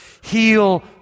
heal